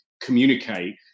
communicate